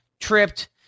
tripped